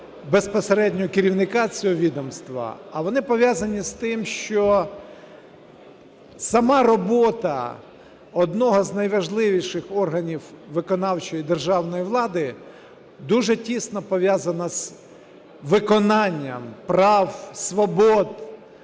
безпосередньо керівника цього відомства, а воно пов'язано й з тим, що сама робота одного з найважливіших органів виконавчої державної влади дуже тісно пов'язана з виконанням прав, свобод,